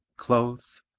clothes,